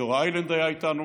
גיורא איילנד היה איתנו,